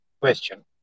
Question